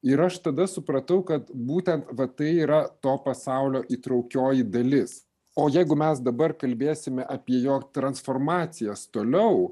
ir aš tada supratau kad būtent va tai yra to pasaulio įtraukioji dalis o jeigu mes dabar kalbėsime apie jo transformacijas toliau